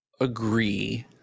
agree